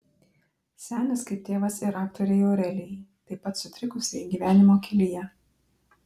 senis kaip tėvas ir aktorei aurelijai taip pat sutrikusiai gyvenimo kelyje